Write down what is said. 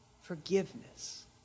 forgiveness